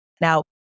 Now